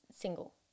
single